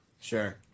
Sure